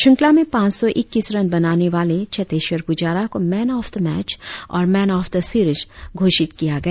श्रृंखला में पांच सौ इक्कीस रन बनाने वाले चेतेश्वर पुजारा को मैन ऑफ द मैच और मैन ऑफ द सीरीज घोषित किया गया